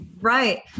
right